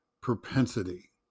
propensity